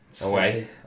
away